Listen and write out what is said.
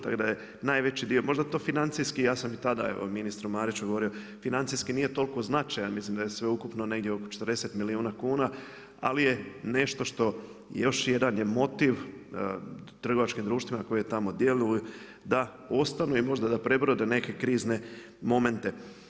Tak da je najveći dio, možda to financijski, ja sam i tada, evo ministru Mariću govorio, financijski nije toliko značajan, mislim da je sveukupno negdje oko 40 milijuna kuna, ali je nešto što još jedan je motiv, trgovačkim društvima koje tamo djeluju da ostanu i možda da prebrode neke krizne momente.